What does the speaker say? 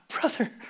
brother